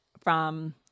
from-